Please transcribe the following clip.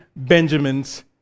Benjamin's